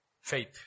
faith